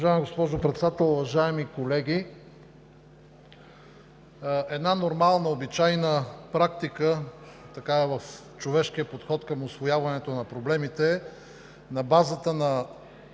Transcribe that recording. Уважаема госпожо Председател, уважаеми колеги! Една нормална, обичайна практика в човешкия подход към усвояването на проблемите е на базата на